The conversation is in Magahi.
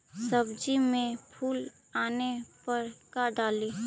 सब्जी मे फूल आने पर का डाली?